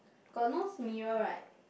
got nose mirror right